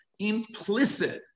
implicit